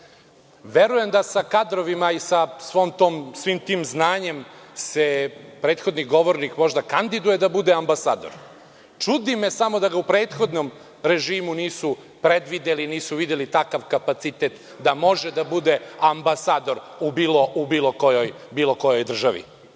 da sa kadrovima i da sa svim tim znanjem se prethodni govornik možda kandiduje da bude ambasador. Čudi me samo da ga u prethodnom režimu nisu predvideli i nisu videli takav kapacitet da može da bude ambasador u bilo kojoj državi. Vidim